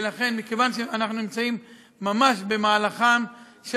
ולכן מכיוון שאנחנו נמצאים במהלכן של